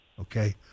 okay